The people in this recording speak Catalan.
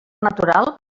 natural